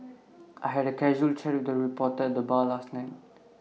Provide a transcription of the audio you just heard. I had A casual chat with A reporter at the bar last night